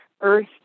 earth